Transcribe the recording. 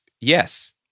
yes